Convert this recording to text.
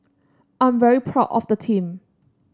I'm very proud of the team